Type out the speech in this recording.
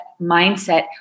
mindset